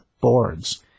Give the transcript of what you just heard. boards